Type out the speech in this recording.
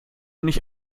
nicht